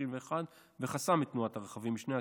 31 וחסם את תנועת הרכבים משני הכיוונים.